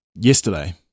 yesterday